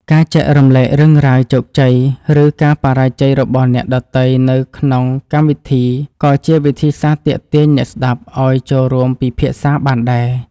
ការចែករំលែករឿងរ៉ាវជោគជ័យ ឬការបរាជ័យរបស់អ្នកដទៃនៅក្នុងកម្មវិធីក៏ជាវិធីសាស្ត្រទាក់ទាញអ្នកស្តាប់ឱ្យចូលរួមពិភាក្សាបានដែរ។